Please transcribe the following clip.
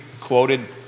quoted